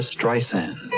Streisand